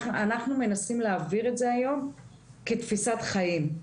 אנחנו מנסים להעביר את זה היום כתפיסת חיים.